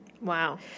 Wow